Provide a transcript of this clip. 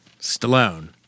Stallone